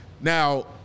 Now